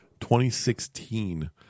2016